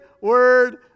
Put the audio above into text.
word